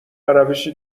روشی